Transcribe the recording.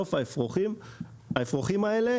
בסוף האפרוחים האלה,